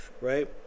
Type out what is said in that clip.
Right